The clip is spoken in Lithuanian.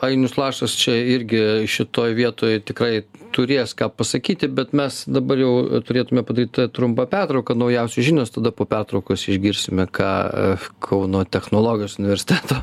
ainius lašas čia irgi šitoj vietoj tikrai turės ką pasakyti bet mes dabar jau turėtume padaryti trumpą pertrauką naujausios žinios tada po pertraukos išgirsime ką kauno technologijos universiteto